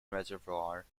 reservoir